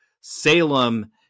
Salem